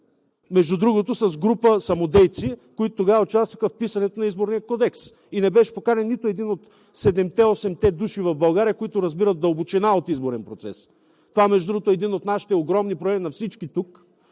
гласуване с група самодейци, които тогава участваха в писането на Изборния кодекс, не беше поканен нито един от седемте-осемте души в България, които разбират в дълбочина от изборния процес. Това, между другото, е един от нашите огромни проблеми на всички тук,